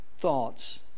thoughts